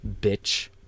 Bitch